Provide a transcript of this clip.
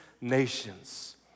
nations